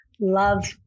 love